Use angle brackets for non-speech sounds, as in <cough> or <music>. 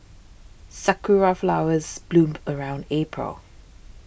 sakura flowers bloom <noise> around April